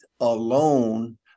alone